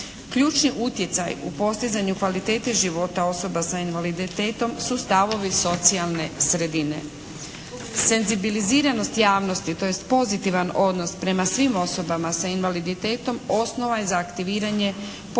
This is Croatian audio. Ključni utjecaj u postizanju kvalitete života osoba sa invaliditetom su stavovi socijalne sredine. Senzibiliziranost javnosti, tj. pozitivan odnos prema svim osobama sa invaliditetom osnova je za aktiviranje potrebnih